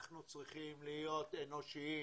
אנחנו צריכים להיות אנושיים.